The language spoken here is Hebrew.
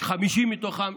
50,000 מתוכם,